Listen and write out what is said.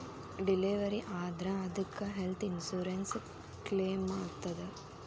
Delivery ಆದ್ರ ಅದಕ್ಕ health insurance ಕ್ಲೇಮಾಗ್ತದ?